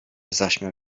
zaśmiał